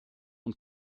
und